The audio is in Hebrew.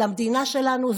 למדינה שלנו?